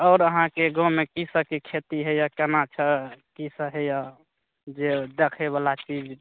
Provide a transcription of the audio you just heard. आओर अहाँके गाँवमे की सभके खेती होइए केना कऽ कीसभ होइए जे देखयवला चीज